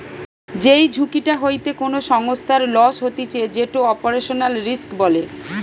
যেই ঝুঁকিটা হইতে কোনো সংস্থার লস হতিছে যেটো অপারেশনাল রিস্ক বলে